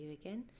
again